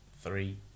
three